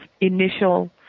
initial